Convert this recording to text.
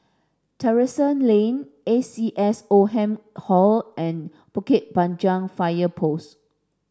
Terrasse Lane A C S Oldham Hall and Bukit Panjang Fire Post